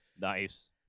nice